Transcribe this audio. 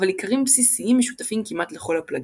אבל עיקרים בסיסיים משותפים כמעט לכל הפלגים.